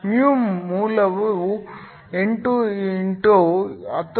μ ಮೌಲ್ಯವು 8 x 104 cm